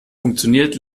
funktioniert